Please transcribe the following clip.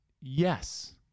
Yes